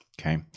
okay